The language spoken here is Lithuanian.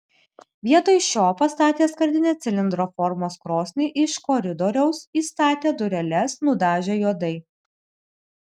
vietoj šio pastatė skardinę cilindro formos krosnį iš koridoriaus įstatė dureles nudažė juodai